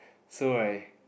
so right